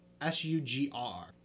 S-U-G-R